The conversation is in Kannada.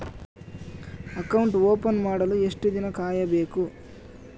ಅಕೌಂಟ್ ಓಪನ್ ಮಾಡಲು ಎಷ್ಟು ದಿನ ಕಾಯಬೇಕು?